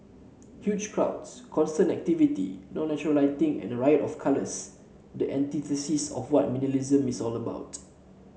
huge crowds constant activity no natural lighting and a riot of colours the antithesis of what miss all about